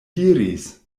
diris